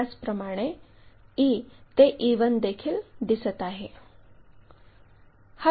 त्याचप्रमाणे e ते e1 देखील दिसत आहे